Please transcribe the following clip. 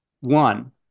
One